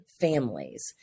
families